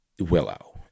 willow